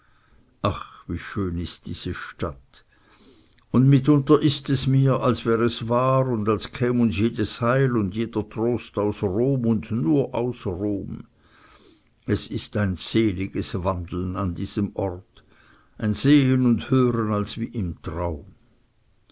ach wie schön ist diese stadt und mitunter ist es mir als wär es wahr und als käm uns jedes heil und jeder trost aus rom und nur aus rom es ist ein seliges wandeln an diesem ort ein sehen und hören als wie im traum